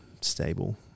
stable